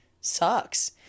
sucks